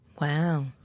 Wow